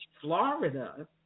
Florida